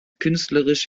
künstlerisch